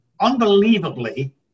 unbelievably